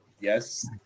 Yes